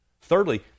Thirdly